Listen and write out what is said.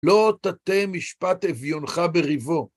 לא תטה משפט אביונך בריבו.